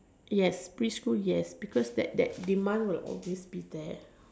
yes preschool yes because the demand will always be there